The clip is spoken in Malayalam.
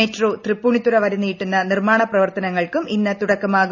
മെട്രോ തൃപ്പുണ്ണിത്തുറ വരെ നീട്ടുന്ന നിർമ്മാണ പ്രവർത്തനങ്ങൾക്കും ഇന്ന് തുടക്കമാവും